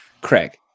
craig